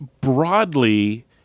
Broadly